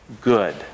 good